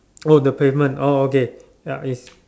oh the pavement oh okay ya it's